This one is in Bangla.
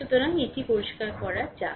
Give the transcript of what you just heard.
সুতরাং এটি পরিষ্কার করা যাক